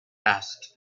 asked